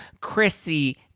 Chrissy